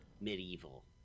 medieval